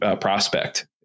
prospect